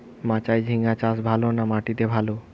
মাচায় ঝিঙ্গা চাষ ভালো না মাটিতে ভালো?